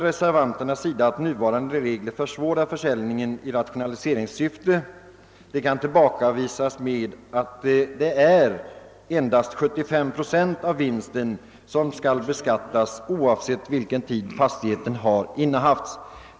Reservanternas påstående att nuvarande regler försvårar försäljning i rationaliseringssyfte kan tillbakavisas med att endast 75 procent av vinsten skall beskattas, oavsett vilken tid fastigheten har innehafts.